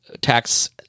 tax